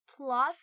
plot